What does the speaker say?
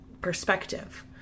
perspective